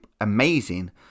amazing